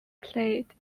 played